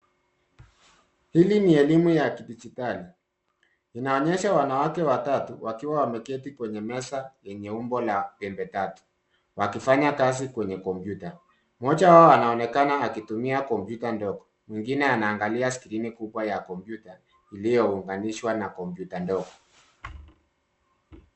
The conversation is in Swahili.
Hili ni elimu la kidigitali, inaonyesha wanawake watatu wakiwa wameketi kwenye meza yenye umbo la pembe tatu, wakifanya kazi kwenye kompyuta. Mmoja wao anaonekana akitumia kompyuta ndogo, mwingine anaangalia skrini kubwa ya kompyuta iliyounganishwa na kompyuta ndogo.